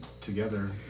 together